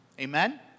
Amen